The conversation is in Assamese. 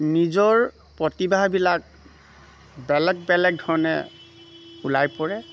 নিজৰ প্ৰতিভাবিলাক বেলেগ বেলেগ ধৰণে ওলাই পৰে